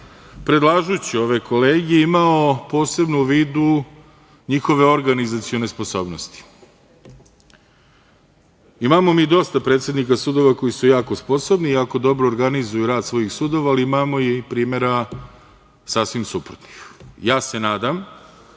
predlažući ove kolege imao posebno u vidu njihove organizacione sposobnosti. Imamo mi dosta predsednika sudova koji su jako sposobni i jako dobro organizuju rad sudova ali imamo i primera sasvim suprotnih. Ja se nadam